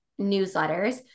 newsletters